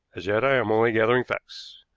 as yet i am only gathering facts,